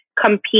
compete